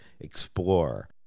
explore